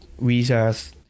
visas